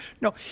No